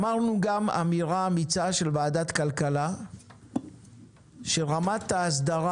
שמענו גם אמירה אמיצה של וועדת הכלכלה ל שלפיה רמת ההסדרה